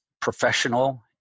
professional